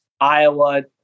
Iowa